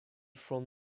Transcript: from